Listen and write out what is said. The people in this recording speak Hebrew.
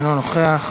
אינו נוכח.